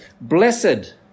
Blessed